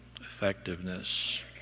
effectiveness